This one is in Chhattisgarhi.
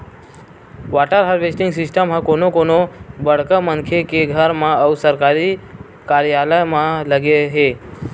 वाटर हारवेस्टिंग सिस्टम ह कोनो कोनो बड़का मनखे के घर म अउ सरकारी कारयालय म लगे हे